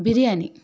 biryani